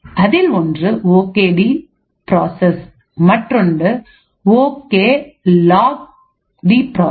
அதில் ஒன்று ஓகே டி ப்ராசஸ் மற்றொன்று ஓகே லாக் டி பார்சஸ்